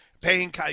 paying